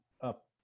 up